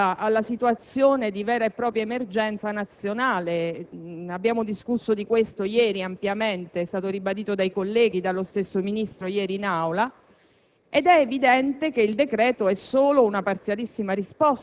Il decreto-legge è stata una prima urgente risposta ad una situazione di vera e propria emergenza nazionale: ne abbiamo ampiamente discusso ieri ed è stato ribadito dai colleghi e dallo stesso Ministro in Aula